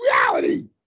reality